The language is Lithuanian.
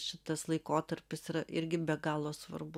šitas laikotarpis yra irgi be galo svarbu